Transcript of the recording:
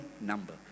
number